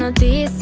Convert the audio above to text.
ah de